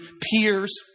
peers